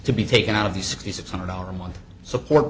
to be taken out of the sixty six hundred dollars a month support